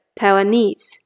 Taiwanese